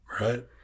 right